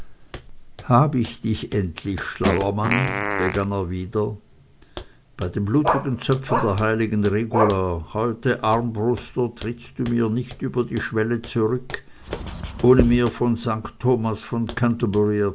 halt ich dich endlich schlauer mann begann er wieder bei den blutigen zöpfen der heiligen regula heute armbruster trittst du mir nicht über die schwelle zurück ohne mir von st thomas von